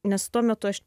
nes tuo metu aš